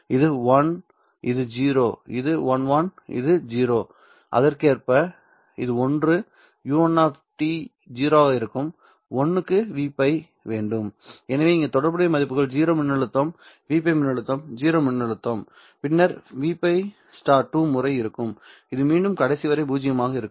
இது 1 இது 0 இது 1 1 மற்றும் 0 அதற்கேற்ப இது ஒன்று u1 0 ஆக இருக்கும் 1 க்கு Vπ வேண்டும் எனவே இங்கே தொடர்புடைய மதிப்புகள் 0 மின்னழுத்தம் Vπ மின்னழுத்தம் 0 மின்னழுத்தம் பின்னர் Vπ 2 முறை இருக்கும் இது மீண்டும் கடைசி வரிசை பூஜ்ஜியமாக இருக்கும்